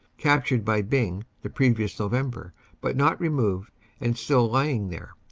captured by byng the previous november but not removed and still lying there,